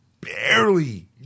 barely